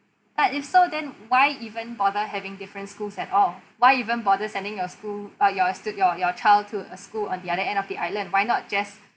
but if so then why even bother having different schools at all why even bother sending your school uh y~ your st~ your your child to a school on the other end of the island why not just